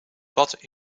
wat